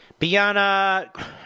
Biana